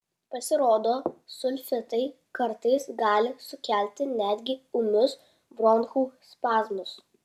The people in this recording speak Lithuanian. pasirodo sulfitai kartais gali sukelti netgi ūmius bronchų spazmus